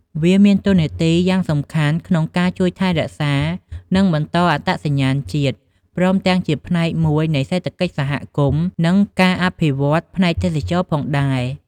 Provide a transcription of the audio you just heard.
វាមានតួនាទីយ៉ាងសំខាន់ក្នុងការជួយថែរក្សា និងបន្តអត្តសញ្ញាណជាតិ ព្រមទាំងជាផ្នែកមួយនៃសេដ្ឋកិច្ចសហគមន៍ និងការអភិវឌ្ឍន៍ផ្នែកទេសចរណ៍ផងដែរ។